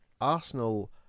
Arsenal